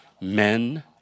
men